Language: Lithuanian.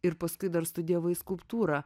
ir paskui dar studijavai skulptūrą